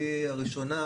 שישינסקי הראשונה,